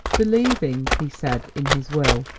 believing, he said in his will,